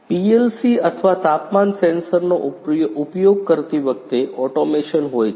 PLC અથવા તાપમાન સેન્સરનો ઉપયોગ કરતી વખતે ઓટોમેશન હોય છે